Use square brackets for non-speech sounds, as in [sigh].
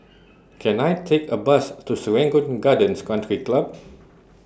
[noise] Can I Take A Bus to Serangoon Gardens Country Club [noise]